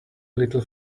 little